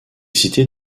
cités